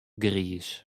griis